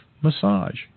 massage